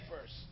first